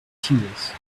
tears